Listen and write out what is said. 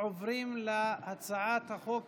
אנחנו עוברים להצעת חוק